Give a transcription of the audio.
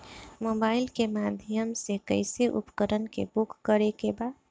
Mobile के माध्यम से कैसे उपकरण के बुक करेके बा?